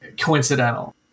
coincidental